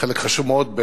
חלק חשוב מאוד,